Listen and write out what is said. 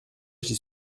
j’y